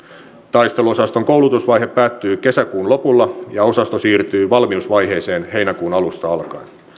taisteluosaston koulutusvaihe päättyy kesäkuun lopulla ja osasto siirtyy valmiusvaiheeseen heinäkuun alusta alkaen